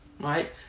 right